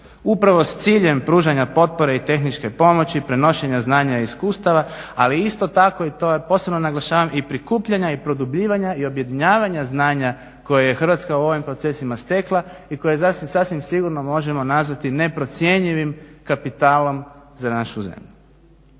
upravo s ciljem pružanja potpore i tehničke pomoći, prenošenja znanja i iskustava ali isto tako i to posebno naglašavam i prikupljanja i produbljivanja i objedinjavanja znanja koje je Hrvatska u ovim procesima stekla i koje sasvim sigurno možemo nazvati neprocjenjivim kapitalom za našu zemlju.